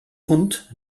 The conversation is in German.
hund